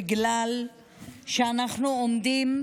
בגלל שאנחנו עומדים,